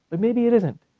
but maybe it isn't.